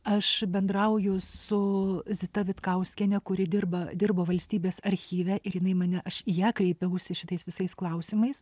aš bendrauju su zita vitkauskiene kuri dirba dirba valstybės archyve ir jinai mane aš į ją kreipiausi šitais visais klausimais